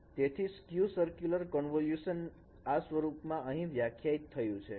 તેથી "skew" circular convolution આ સ્વરૂપમાં અહીં વ્યાખ્યાયિત થયું છે